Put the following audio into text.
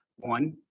One